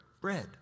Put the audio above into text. bread